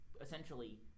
essentially